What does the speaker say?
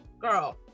girl